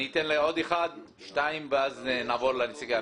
אני אתן לעוד אחד-שתיים ואז נעבור לנציגי הממשלה.